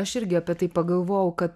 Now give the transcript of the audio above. aš irgi apie tai pagalvojau kad